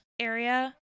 area